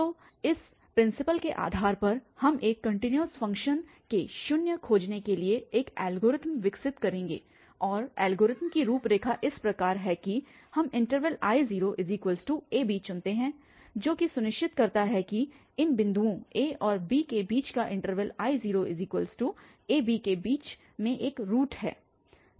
तो इस प्रिंसिपल के आधार पर हम एक कन्टिन्यूअस फंक्शन के शून्य खोजने के लिए एक एल्गोरिथ्म विकसित करेंगे और एल्गोरिथ्म की रूपरेखा इस प्रकार है कि हम इन्टरवैल I0ab चुनते हैं जो कि सुनिश्चित करता है कि इन बिंदुओं a और b के बीच या इन्टरवैल I0ab के बीच में एक रूट है